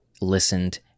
listened